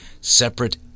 separate